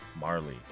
Marley